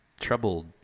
troubled